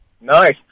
Nice